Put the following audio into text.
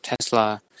Tesla